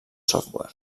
software